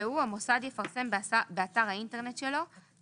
יקראו "המוסד יפרסם באתר האינטרנט שלו";